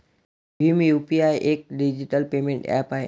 Bhim UPI एक digital payment app आहे